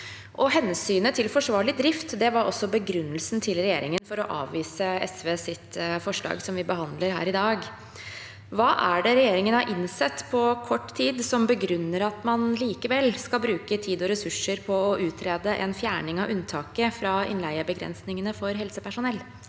og hensynet til forsvarlig drift var begrunnelsen til regjeringen for å avvise SVs forslag, som vi behandler her i dag. Hva er det regjeringen har innsett på kort tid som begrunner at man likevel skal bruke tid og ressurser på å utrede en fjerning av unntaket fra innleiebegrensningene for helsepersonell?